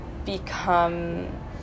become